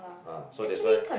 ah so that's why